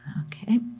Okay